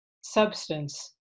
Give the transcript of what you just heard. substance